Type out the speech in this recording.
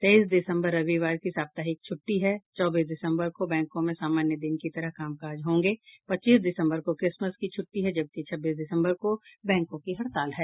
तेईस दिसम्बर रविवार की साप्ताहिक छूट्टी है चौबीस दिसम्बर को बैंकों में सामान्य दिन की तरह कामकाज होंगे पच्चीस दिसम्बर को क्रिसमस की छुट्टी है जबकि छब्बीस दिसम्बर को बैंकों की हड़ताल है